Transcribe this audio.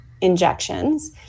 injections